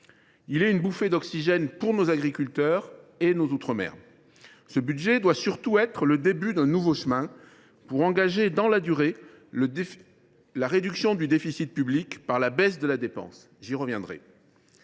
Il est une bouffée d’oxygène pour nos agriculteurs et nos outre mer. Il doit surtout être le début d’un nouveau chemin, pour engager dans la durée la réduction du déficit public par la baisse de la dépense – j’y reviendrai.